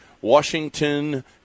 Washington